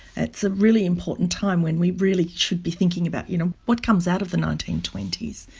it's a really important time when we really should be thinking about you know what comes out of the nineteen twenty s,